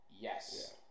Yes